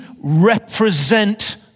represent